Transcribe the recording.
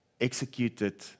executed